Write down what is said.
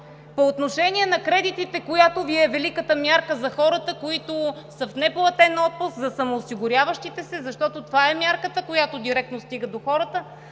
По отношение на кредитите, която Ви е великата мярка за хората, които са в неплатен отпуск, за самоосигуряващите се, защото това е мярката, която директно стига до хората.